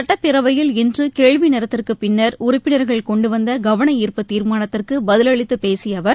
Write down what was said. சட்டப் பேரவையில் இன்று கேள்வி நேரத்திற்குப் பின்னர் உறுப்பினர்கள் கொண்டுவந்த கவனார்ப்பு தீர்மானத்திற்கு பதிலளித்துப் பேசிய அவர்